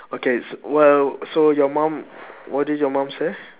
okay s~ well so your mum what did you mum say